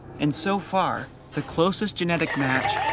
and so far, the closest genetic match,